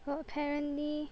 apparently